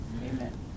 Amen